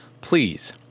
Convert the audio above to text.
Please